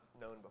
known